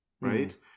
right